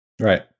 right